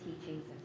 teachings